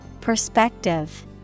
Perspective